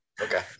Okay